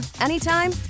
anytime